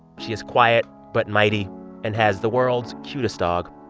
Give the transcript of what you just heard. she is quiet but mighty and has the world's cutest dog.